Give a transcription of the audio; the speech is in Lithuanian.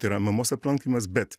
tai yra mamos aplankymas bet